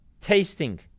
tasting